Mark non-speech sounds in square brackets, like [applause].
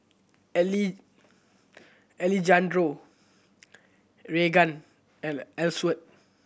[unintelligible] Alejandro Raegan and Elsworth